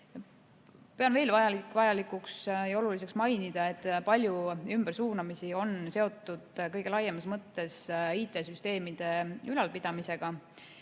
Pean veel oluliseks mainida, et palju ümbersuunamisi on seotud kõige laiemas mõttes IT-süsteemide ülalpidamisega.